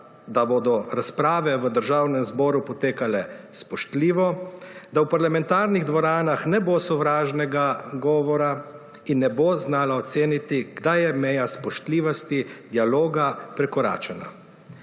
da bodo razprave v Državnem zboru potekale spoštljivo, da v parlamentarnih dvoranah ne bo sovražnega govora in da bo znala oceniti, kdaj je meja spoštljivosti dialoga prekoračena.